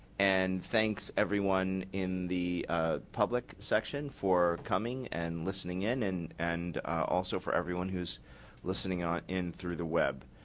and thanks, everyone in the public section for coming and listening in and and also for everyone who is listening ah in through the web.